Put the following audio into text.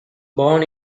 born